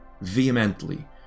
vehemently